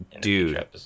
Dude